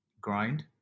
grind